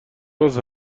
گاز